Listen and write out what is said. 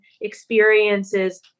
experiences